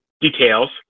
details